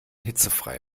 hitzefrei